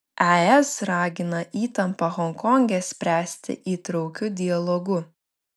es ragina įtampą honkonge spręsti įtraukiu dialogu